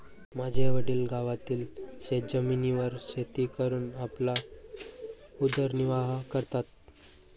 माझे वडील गावातील शेतजमिनीवर शेती करून आपला उदरनिर्वाह करतात